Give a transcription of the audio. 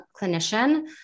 clinician